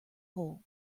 hole